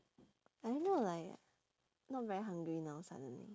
I don't know like not very hungry now suddenly